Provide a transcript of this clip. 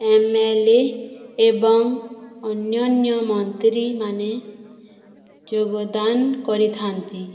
M L A ଏବଂ ଅନ୍ୟାନ୍ୟ ମନ୍ତ୍ରୀମାନେ ଯୋଗଦାନ କରିଥାନ୍ତି